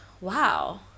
wow